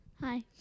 Hi